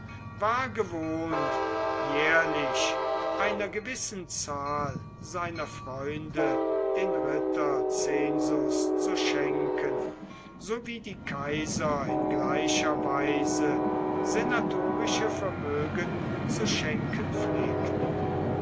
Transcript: war gewohnt jährlich einer gewissen zahl seiner freunde den ritterzensus zu schenken so wie die kaiser in gleicher weise senatorische vermögen zu schenken pflegten